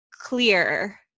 clear